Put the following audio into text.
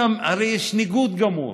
הרי יש ניגוד גמור: